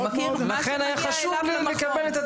הוא מכיר מה שמגיע אליו למכון.